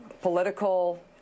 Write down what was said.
political